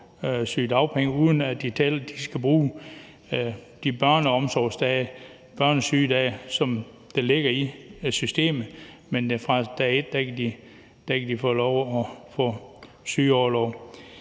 sygedagpenge, uden at de skal bruge de børneomsorgsdage, børns sygedage, som der ligger i systemet. Fra dag et kan de få lov at få sygeorlov.